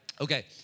Okay